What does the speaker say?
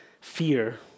fear